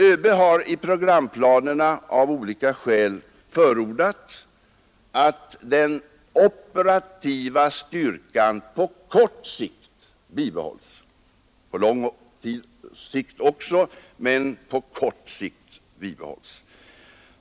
ÖB har i programplanerna av olika skäl förordat att den operativa styrkan på kort sikt — och också på lång sikt — bibehålls.